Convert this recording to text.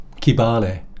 Kibale